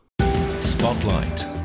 Spotlight